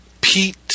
Pete